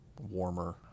warmer